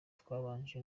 twabanje